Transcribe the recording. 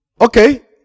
Okay